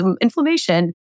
inflammation